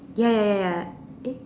ya ya ya ya eh